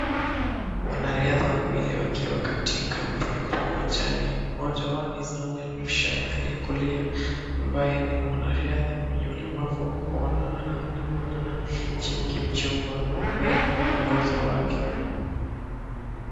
Wanariadha wawili wakiwa katika mbio uwanjani. Mmoja wao ni Samuel Muchai aliyekulia ambaye ni mwanariadha mwenye ulemavu wa kuona. Anaandamana na Chin Kipchumba ambaye ni mwongozo wake.